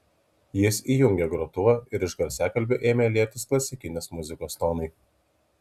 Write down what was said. jis įjungė grotuvą ir iš garsiakalbių ėmė lietis klasikinės muzikos tonai